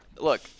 look